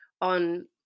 on